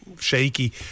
shaky